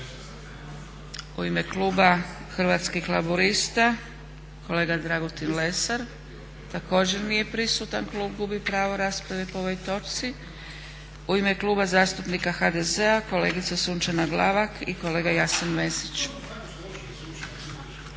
U ime kluba Hrvatskih laburista kolega Dragutin Lesar, također nije prisutan, klub gubi pravo rasprave po ovoj točci. U ime Kluba zastupnika HDZ-a kolegica Sunčana Glavak i kolega Jasen Mesić.